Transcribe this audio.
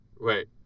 Wait